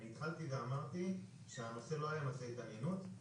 התחלתי ואמרתי שהנושא לא היה נושא התעניינות,